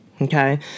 Okay